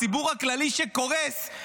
הציבור הכללי שקורס,